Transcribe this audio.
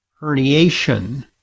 herniation